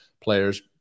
players